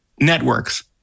networks